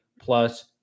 plus